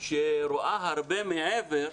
שרואה הרבה מעבר,